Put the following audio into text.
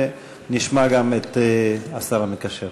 ונשמע גם את השר המקשר.